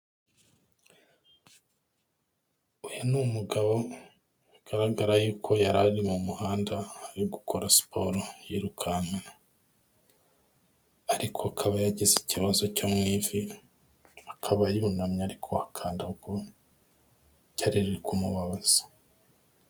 Uyu ni umugabo bigaragara yuko yari ari mu muhanda ari gukora siporo yirukankwa, ariko akaba yagize ikibazo cyo mu ivi, akaba yunamye ari kuhakandagura, ryari riri kumubabaza.